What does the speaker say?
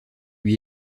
lui